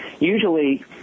Usually